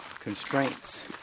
constraints